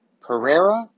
Pereira